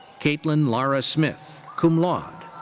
kaitlin lara smith, cum laude.